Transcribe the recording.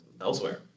elsewhere